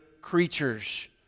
creatures